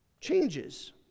changes